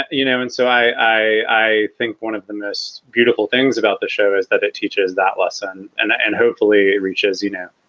you know, and so i i think one of the most beautiful things about the show is that it teaches that lesson and ah and hopefully it reaches, you know,